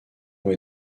ont